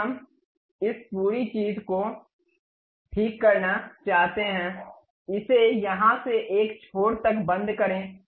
अब हम इस पूरी चीज़ को ठीक करना चाहते हैं इसे यहाँ से एक छोर तक बंद करें